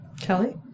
Kelly